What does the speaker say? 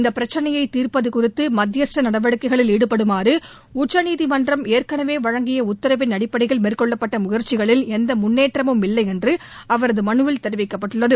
இந்த பிரச்னையை தீர்ப்பது குறித்து மத்தியஸ்த நடவடிக்கைகளில் ஈடுபடுமாறு உச்சநீதிமன்றம் ஏற்கனவே வழங்கிய உத்தரவின் அடிப்படையில் மேற்கொள்ளப்பட்ட முயற்சிகளில் எந்த முன்னேற்றமும் இல்லை என்று அவரது மனுவில் தெரிவிக்கப்பட்டுள்ளது